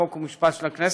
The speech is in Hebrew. חוק ומשפט של הכנסת,